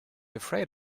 afraid